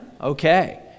okay